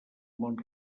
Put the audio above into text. món